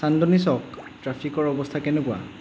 চান্দনী চ'ক ট্ৰেফিকৰ অৱস্থা কেনেকুৱা